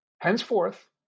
henceforth